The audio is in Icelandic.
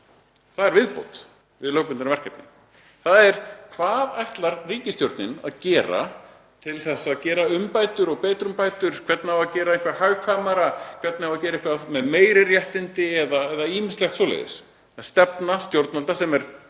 Það er viðbót við lögbundin verkefni, þ.e. hvað ætlar ríkisstjórnin að gera til að gera umbætur og betrumbætur? Hvernig á að gera eitthvað hagkvæmara? Hvernig á að gera eitthvað með meiri réttindi eða ýmislegt svoleiðis? Það er stefna stjórnvalda sem er